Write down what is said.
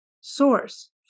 source